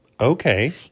Okay